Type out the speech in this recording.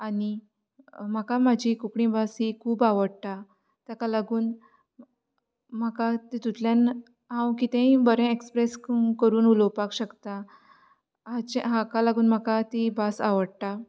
आनी म्हाका म्हाजी कोंकणी भास ही खूब आवडटा ताका लागून म्हाका तितूंतल्यान हांव कितेंय बरें एक्सप्रेस करून उलोवपाक शकता हाचे हाका लागून म्हाका ती भास आवडटा